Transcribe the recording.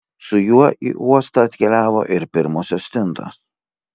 su juo į uostą atkeliavo ir pirmosios stintos